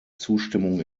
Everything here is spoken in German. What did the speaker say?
zustimmung